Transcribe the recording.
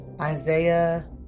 Isaiah